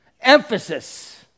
Emphasis